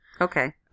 Okay